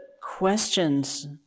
questions